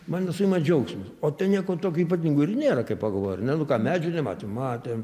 mane suima džiaugsmas o ten nieko tokio ypatingo ir nėra kai pagalvoji ar ne nu ką medžių nematėm matėm